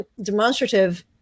demonstrative